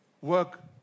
work